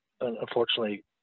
unfortunately